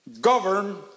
govern